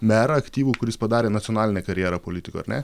merą aktyvų kuris padarė nacionalinę karjerą politikoj ar ne